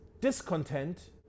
discontent